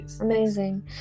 Amazing